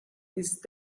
ist